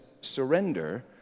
surrender